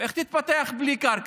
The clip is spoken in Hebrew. איך תתפתח בלי קרקע?